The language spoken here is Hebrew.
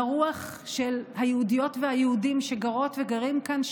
לרוח של היהודיות והיהודים שגרות וגרים כאן,